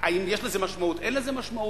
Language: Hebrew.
האם יש לזה משמעות, האם אין לזה משמעות?